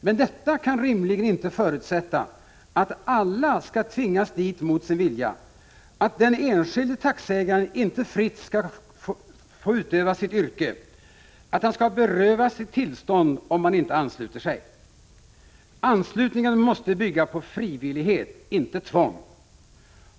Men detta kan rimligen inte förutsätta att alla skall tvingas dit mot sin vilja, att den enskilde taxiägaren inte fritt skall få utöva sitt yrke, att han skall berövas sitt tillstånd, om han inte ansluter sig. Anslutningen måste bygga på frivillighet, inte tvång.